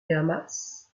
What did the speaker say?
hamas